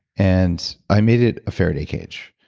and i made it a faraday cage.